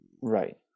Right